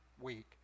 week